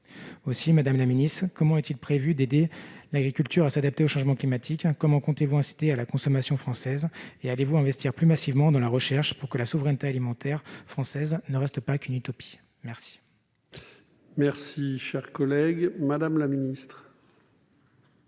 Madame la ministre, comment prévoit-on d'aider l'agriculture à s'adapter au changement climatique ? Comment comptez-vous inciter à la consommation française ? Allez-vous investir plus massivement dans la recherche pour que la souveraineté alimentaire française ne reste pas une pure utopie ? La parole est à Mme la ministre